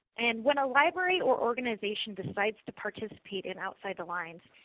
and when a library or organization decides to participate in outside the lines,